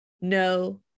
no